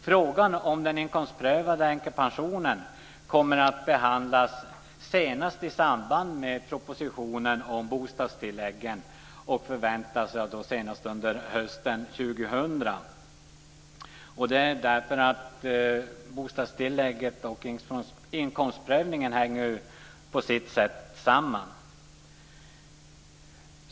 Frågan om den inkomstprövade änkepensionen kommer att behandlas senast i samband med propositionen om bostadstilläggen, som förväntas komma senast under hösten 2000. Det är för att bostadstillägget och inkomstprövningen på sitt sätt hänger samman.